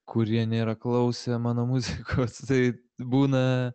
kurie nėra klausę mano muzikos tai būna